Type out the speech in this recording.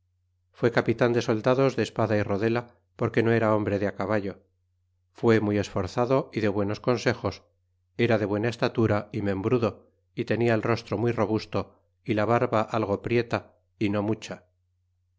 fue capitan de soldados de espada y rodela porque no era hombre de á caballo fu muy esforzado y de buenos consejos era de buena estatura membrudo tenia el rostro muy robusto la barba algo prieta no mucha